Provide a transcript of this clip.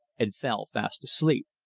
and fell fast asleep.